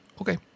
okay